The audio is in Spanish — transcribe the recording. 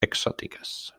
exóticas